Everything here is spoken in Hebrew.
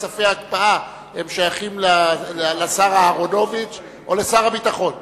צווי ההקפאה שייך לשר אהרונוביץ או לשר הביטחון.